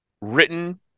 written